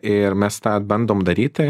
ir mes tą bandom daryt tai